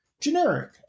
generic